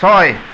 ছয়